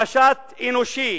במשט אנושי